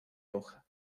hoja